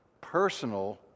Personal